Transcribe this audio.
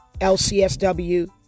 LCSW